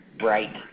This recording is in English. Right